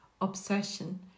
obsession